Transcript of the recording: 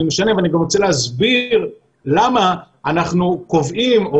אני גם רוצה להסביר למה אנחנו קובעים או